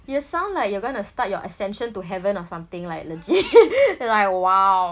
you sound like you're gonna start your ascension to heaven or something like legit like !wow!